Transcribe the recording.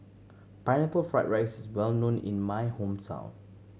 Pineapple Fried rice is well known in my hometown